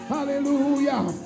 Hallelujah